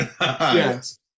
yes